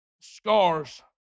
Scars